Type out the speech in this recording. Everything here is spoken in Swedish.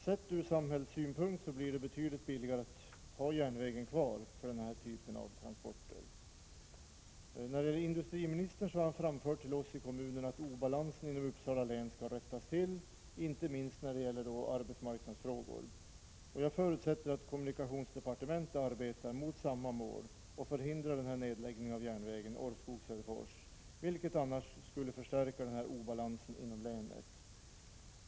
Sett ur samhällsekonomisk synpunkt blir det betydligt billigare att ha järnvägen kvar för sådana här transporter. Industriministern har till oss i kommunen framfört att obalansen inom Uppsala län skall rättas till, inte minst när det gäller arbetsmarknadsfrågor. Jag förutsätter att kommunikationsdepartementet arbetar mot samma mål och förhindrar nedläggningen av järnvägen Orrskog-Söderfors — annars förstärks obalansen inom länet.